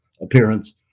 appearance